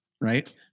Right